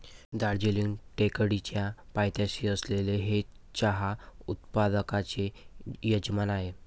दार्जिलिंग टेकडीच्या पायथ्याशी असलेले हे चहा उत्पादकांचे यजमान आहे